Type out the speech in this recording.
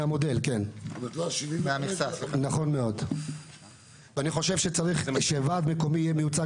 אני חושב שוועד מקומי צריך להיות מיוצג